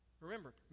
Remember